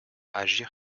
agir